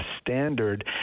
standard